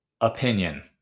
opinion